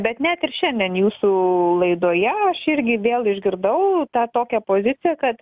bet net ir šiandien jūsų laidoje aš irgi vėl išgirdau tą tokią poziciją kad